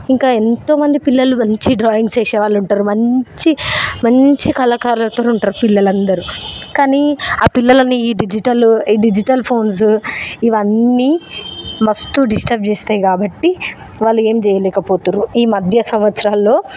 ఇంకా ఎంతో మంది పిల్లలు మంచి డ్రాయింగ్స్ వేసేవాళ్లు ఉంటారు మంచి మంచి కళాకారులతోటి ఉంటారు పిల్లలందరు కానీ ఆ పిల్లలని ఈ డిజిటల్ ఈ డిజిటల్ ఫోన్స్ ఇవన్నీ మస్తు డిస్టర్బ్ చేస్తాయి కాబట్టి వాళ్ళు ఏం చేయలేకపోతుర్రు ఈ మధ్య సంవత్సరాలలో